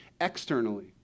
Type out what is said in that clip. externally